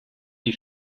die